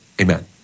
Amen